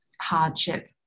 hardship